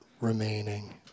remaining